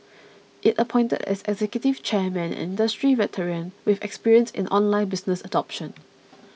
it appointed as executive chairman an industry veteran with experience in online business adoption